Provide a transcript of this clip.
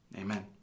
Amen